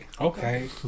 okay